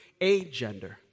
agender